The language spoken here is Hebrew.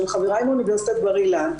שהם חבריי מאוניברסיטת בר אילן,